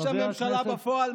ראש הממשלה בפועל,